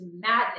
madness